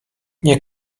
nie